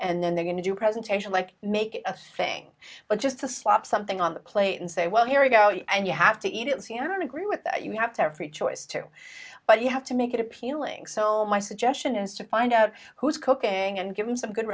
and then they're going to do a presentation like make a thing but just to slap something on the plate and say well here you go and you have to eat it see her agree with that you have to have free choice too but you have to make it appealing so my suggestion is to find out who's cooking and give them some good